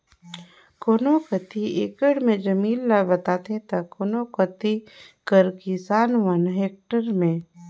कोनो कती एकड़ में जमीन ल बताथें ता कोनो कती कर किसान मन हेक्टेयर में